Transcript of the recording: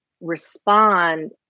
respond